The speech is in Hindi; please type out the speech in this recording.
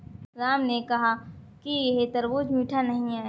राम ने कहा कि यह तरबूज़ मीठा नहीं है